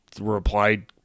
replied